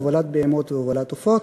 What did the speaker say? הובלת בהמות והובלת עופות.